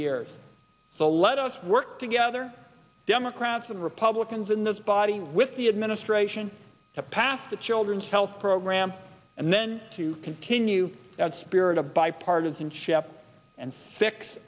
years so let us work together democrats and republicans in this body with the administration to pass the children's health program and then to continue that spirit of bipartisanship and six